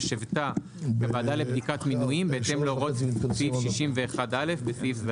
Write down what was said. בשבתה כוועדה לבדיקת מינויים בתאם להוראות סעיף 61א (בסעיף זה,